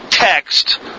Text